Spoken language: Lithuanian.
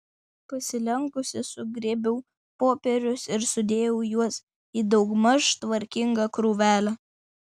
pasilenkusi sugrėbiau popierius ir sudėjau juos į daugmaž tvarkingą krūvelę